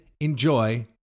enjoy